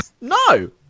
No